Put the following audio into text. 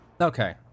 Okay